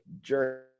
journey